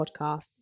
Podcast